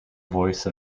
voice